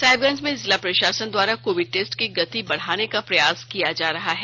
साहिबगंज में जिला प्रशासन द्वारा कोविड टेस्ट की गति बढ़ाने का प्रयास किया जा रहा है